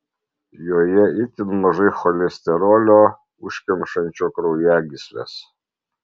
joje itin mažai cholesterolio užkemšančio kraujagysles